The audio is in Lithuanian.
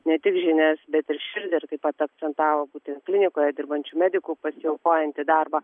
ne tik žinias bet ir širdį taip pat akcentavo būtent klinikoje dirbančių medikų pasiaukojantį darbą